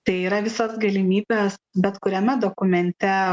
tai yra visos galimybės bet kuriame dokumente